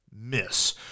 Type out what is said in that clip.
miss